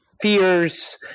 fears